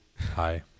hi